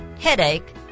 Headache